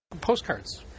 Postcards